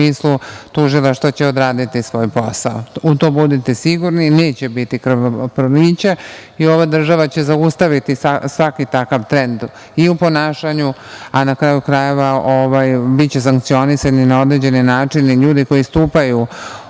smislu tužilaštvo će odraditi svoj posao. U to budite sigurni i neće biti krvoprolića i ova država će zaustaviti svaki takav trend i u ponašanju, a na kraju krajeva biće sankcionisani na određeni način i ljudi koji stupaju